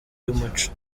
y’umuco